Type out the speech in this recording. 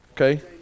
Okay